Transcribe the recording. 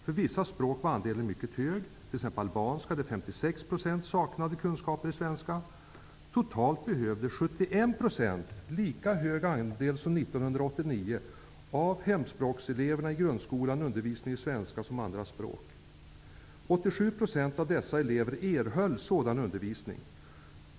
För vissa språk var andelen mycket hög, t ex albanska där 56 procent saknade kunskaper i svenska. Totalt behövde 71 procent, lika hög andel som 1989, av hemspråkseleverna i grundskolan undervisning i svenska som andraspråk. 87 procent av dessa elever erhåll sådan undervisning.